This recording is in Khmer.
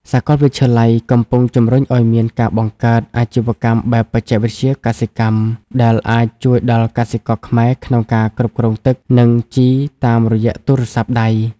សាកលវិទ្យាល័យកំពុងជម្រុញឱ្យមានការបង្កើត "អាជីវកម្មបែបបច្ចេកវិទ្យាកសិកម្ម" ដែលអាចជួយដល់កសិករខ្មែរក្នុងការគ្រប់គ្រងទឹក និងជីតាមរយៈទូរស័ព្ទដៃ។